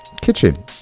kitchen